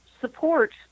support